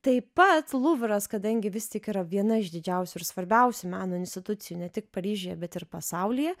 taip pat luvras kadangi vis tik yra viena iš didžiausių ir svarbiausių meno institucijų ne tik paryžiuje bet ir pasaulyje